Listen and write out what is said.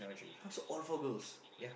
!huh! so all four girls